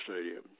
stadium